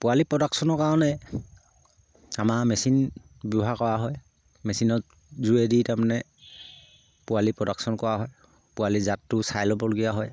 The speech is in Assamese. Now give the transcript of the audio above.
পোৱালি প্ৰডাকশ্যনৰ কাৰণে আমাৰ মেচিন ব্যৱহাৰ কৰা হয় মেচিনত যোগেদি তাৰমানে পোৱালি প্ৰডাকশ্যন কৰা হয় পোৱালি জাতটো চাই ল'বলগীয়া হয়